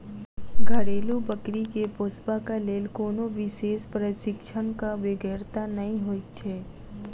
घरेलू बकरी के पोसबाक लेल कोनो विशेष प्रशिक्षणक बेगरता नै होइत छै